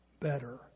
better